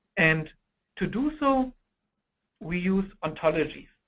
and to do so we us ontology.